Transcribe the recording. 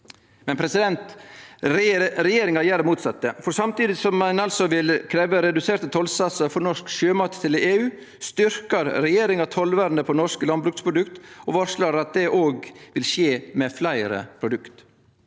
Men regjeringa gjer det motsette, for samtidig som ein altså vil krevje reduserte tollsatsar for norsk sjømat til EU, styrkjer regjeringa tollvernet på norske landbruksprodukt og varslar at det også vil skje med fleire produkt.